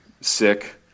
sick